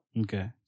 Okay